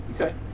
Okay